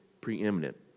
preeminent